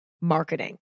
marketing